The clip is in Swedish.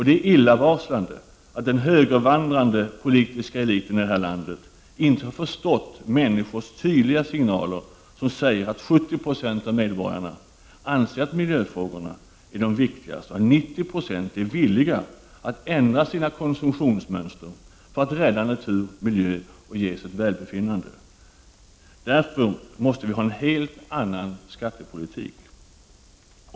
Det är illavarslande att den högervandrande politiska eliten i det här landet inte har förstått människors tydliga signaler: 70 70 av medborgarna anser att miljöfrågorna är de viktigaste och 90 22 är villiga att ändra sina konsumtionsmönster för att rädda natur, miljö och välbefinnande. Därför måste vi ha en helt annan skattepolitik.